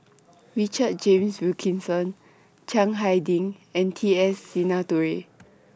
Richard James Wilkinson Chiang Hai Ding and T S Sinnathuray